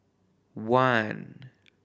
one